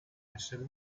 essere